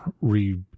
re